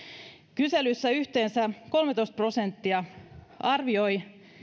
kyselyssä yhteensä kolmetoista prosenttia arvioi